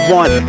one